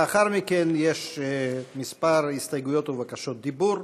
לאחר מכן יש כמה הסתייגויות ובקשות דיבור.